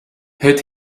het